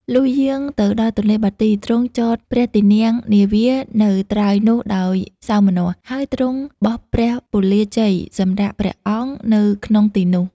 លុះយាងទៅដល់ទនេ្លបាទី ទ្រង់ចតព្រះទីន័ងនាវានៅត្រើយនោះដោយសោមនស្ស ហើយទ្រង់បោះព្រះពន្លាជ័យសម្រាកព្រះអង្គនៅក្នុងទីនោះ។